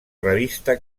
revista